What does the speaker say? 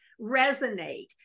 resonate